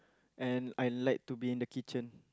and I like to be in the kitchen